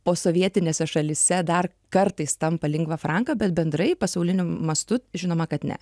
posovietinėse šalyse dar kartais tampa lingva franka bet bendrai pasauliniu mastu žinoma kad ne